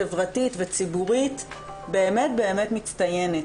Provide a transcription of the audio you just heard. חברתית וציבורית באמת באמת מצטיינת.